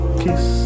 kiss